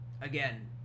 again